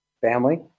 family